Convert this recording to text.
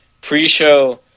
pre-show